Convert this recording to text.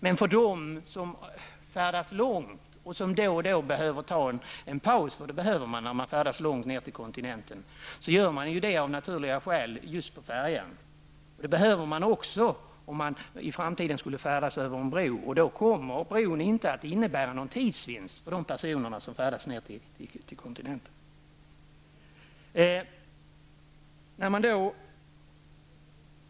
Men för dem som färdas långt och som då och då behöver ta en paus -- det behöver man ju när man färdas långt ned till kontinenten -- är det naturligt att göra det just på färjan. Även om man i framtiden skulle färdas över en bro skulle det bli nödvändigt med pauser, och bron kommer därmed inte att innebära någon tidsvinst för de personer som färdas ned till kontinenten.